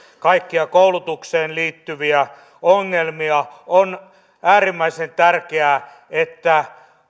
kaikkia koulutukseen liittyviä ongelmia on äärimmäisen tärkeää että